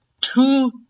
two